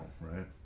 right